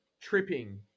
tripping